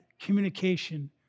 communication